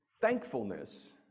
thankfulness